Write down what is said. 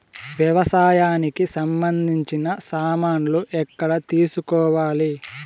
వ్యవసాయానికి సంబంధించిన సామాన్లు ఎక్కడ తీసుకోవాలి?